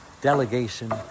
delegation